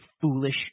foolish